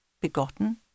begotten